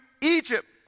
Egypt